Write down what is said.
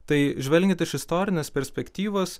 tai žvelgiant iš istorinės perspektyvos